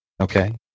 okay